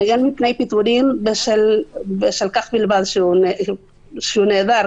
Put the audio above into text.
מוגן בפני פיטורין בשל כך בלבד, שהוא נעדר.